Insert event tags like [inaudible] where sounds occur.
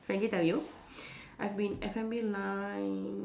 frankly tell you [breath] I've been in F&B line